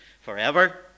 forever